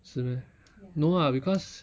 是 meh no ah because